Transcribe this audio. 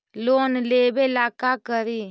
Loan लेबे ला का करि?